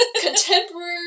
contemporary